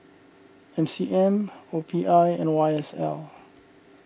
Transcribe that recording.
M C M O P I and Y S L